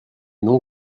non